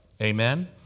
Amen